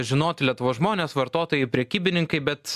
žinoti lietuvos žmonės vartotojai prekybininkai bet